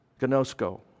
gnosko